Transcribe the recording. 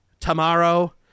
tomorrow